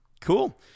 Cool